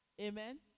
Amen